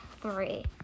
three